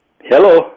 Hello